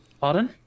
Pardon